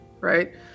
right